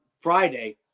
Friday